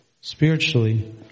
spiritually